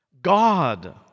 God